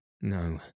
no